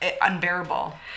unbearable